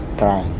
try